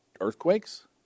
earthquakes